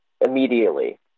immediately